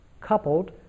coupled